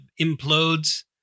implodes